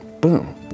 Boom